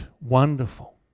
wonderful